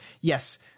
yes